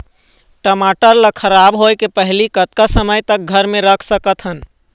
टमाटर ला खराब होय के पहले कतका समय तक घर मे रख सकत हन?